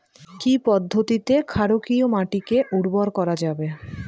কি পদ্ধতিতে ক্ষারকীয় মাটিকে উর্বর করা যাবে?